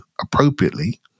appropriately